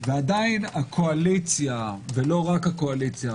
ועדיין הקואליציה ולא רק הקואליציה,